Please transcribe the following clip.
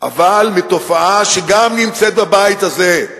אבל מתופעה שגם נמצאת בבית הזה,